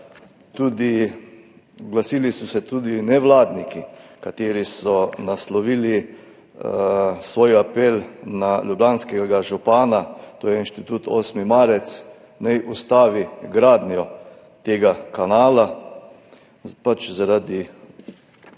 se oglasili tudi nevladniki, ki so naslovili svoj apel na ljubljanskega župana, to je Inštitut 8. marec, naj ustavi gradnjo tega kanala zaradi